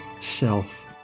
self